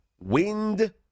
wind